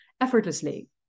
effortlessly